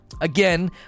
Again